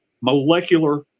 molecular